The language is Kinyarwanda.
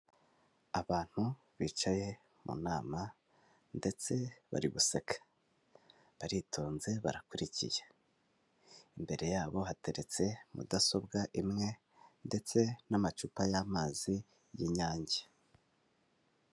Abantu bicaye mu nama ndetse bari guseka, baritonze, barakurikiye, imbere yabo hateretse mudasobwa imwe ndetse n'amacupa y'amazi y'inyange.